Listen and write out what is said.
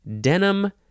denim